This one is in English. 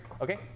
okay